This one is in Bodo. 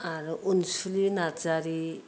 आरो अनसुलि नार्जारि